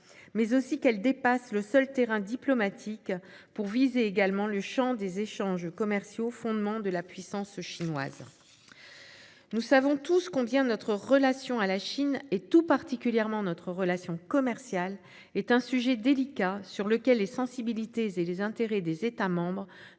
mais aussi qu'elle dépasse le seul terrain diplomatique, pour viser également le champ des échanges commerciaux, fondement de la puissance chinoise. Nous savons tous combien notre relation à la Chine, et tout particulièrement notre relation commerciale, est un sujet délicat, sur lequel les sensibilités et les intérêts des États membres